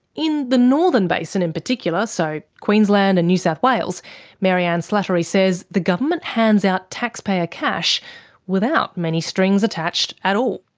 in the northern basin in particular so queensland and new south wales maryanne slattery says the government hands out taxpayer cash without many strings attached at all.